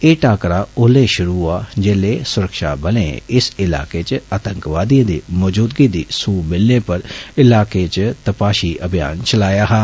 एह् टाकरा उसले षुरु होआ जिसलै सुरक्षाबलें इस इलाके च आतंकवादिएं दी मौजूदगी दी सूह मिलने पर इलाके च तपाषी अभियान रम्भेआ हा